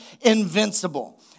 invincible